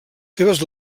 seves